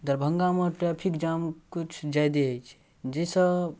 दरभंगामे traffic jam किछु जादे होइ छै जैसँ